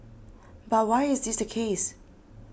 but why is this the case